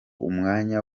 umwanya